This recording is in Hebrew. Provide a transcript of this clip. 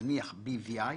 נניח BVI?